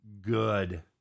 good